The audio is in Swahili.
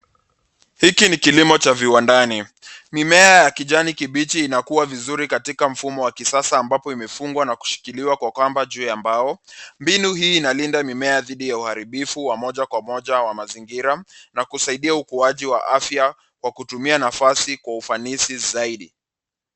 Hiki ni kilimo cha viwandani. Mimea ya kijani kibichi inakua vizuri katika mfumo wa kisasa ambapo imefungwa na kushikiliwa kwa kamba juu ya mbao. Mbinu hii inalinda mimea dhidi ya uharibifu wa moja kwa moja wa mazingira na kusaidia ukuaji wa afya kwa kutumia nafasi kwa ufanisi zaidi.